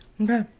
Okay